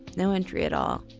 no entry at all.